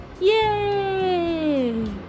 Yay